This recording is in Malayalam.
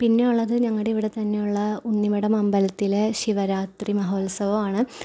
പിന്നെയുള്ളത് ഞങ്ങളുടെ ഇവിടെ തന്നെയുള്ള ഉണ്ണിമഠം അമ്പലത്തിലെ ശിവരാത്രി മഹോത്സവമാണ്